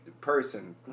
person